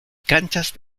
canchas